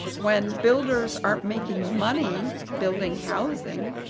when builders aren't making money building housing,